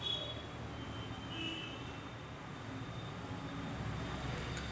coupon code चा वापर करुन झोमाटो एप वर आर्डर करतांना पैसे वाचउ सक्तो